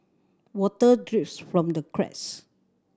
water drips from the cracks